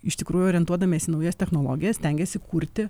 iš tikrųjų orientuodamiesi į naujas technologijas stengiasi kurti